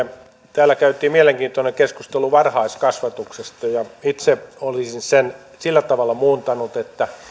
täällä käytiin mielenkiintoinen keskustelu varhaiskasvatuksesta ja itse olisin sen sillä tavalla muuntanut että